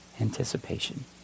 anticipation